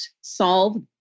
solve